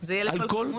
זה יהיה לכל כמות?